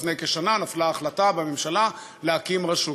לפני כשנה נפלה החלטה בממשלה להקים רשות,